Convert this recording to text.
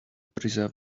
preserve